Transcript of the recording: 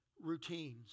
routines